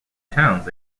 towns